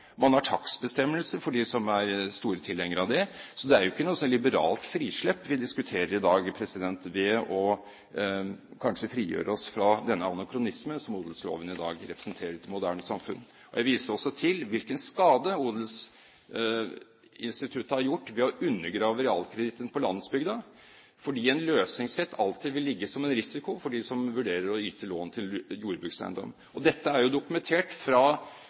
Man har takstbestemmelser for dem som er store tilhengere av det. Så det er jo ikke noe liberalt frislepp vi diskuterer i dag, ved kanskje å frigjøre oss fra denne anakronismen som odelsloven i dag representerer i et moderne samfunn. Jeg viser også til hvilken skade odelsinstituttet har gjort ved å undergrave realkreditten på landsbygda, fordi en løsningsrett alltid vil ligge som en risiko for dem som vurderer å yte lån til jordbrukseiendom. Dette er jo dokumentert fra